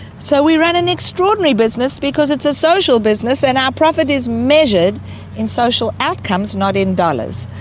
so we run an extraordinary business because it's a social business and our profit is measured in social outcomes, not in dollars.